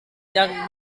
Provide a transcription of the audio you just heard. yang